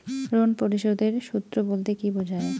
Loan পরিশোধের সূএ বলতে কি বোঝায়?